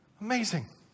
Amazing